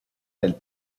del